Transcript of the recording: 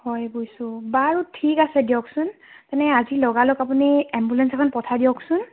হয় বুজিছো বাৰু ঠিক আছে দিয়কচোন মানে আজি লগালগ আপুনি এম্বুলেঞ্চ এখন পঠাই দিয়কচোন